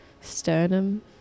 Sternum